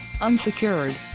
Unsecured